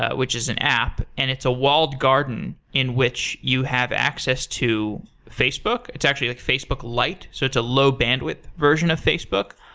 ah which is an app, and it's a walled garden in which you have access to facebook. it's actually like facebook lite, so it's a low bandwidth version of facebook.